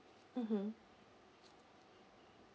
mmhmm